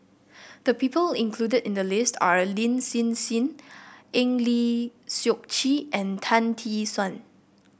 the people included in the list are Lin Hsin Hsin Eng Lee Seok Chee and Tan Tee Suan